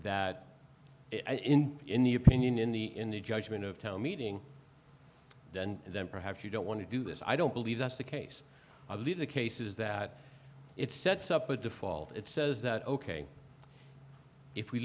that in the opinion in the in the judgment of town meeting and then perhaps you don't want to do this i don't believe that's the case i believe the case is that it sets up a default it says that ok if we